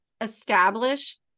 establish